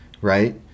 Right